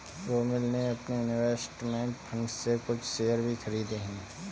रोमिल ने अपने investment fund से कुछ शेयर भी खरीदे है